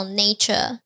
nature